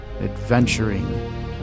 Adventuring